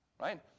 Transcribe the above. Right